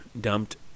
dumped